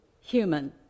human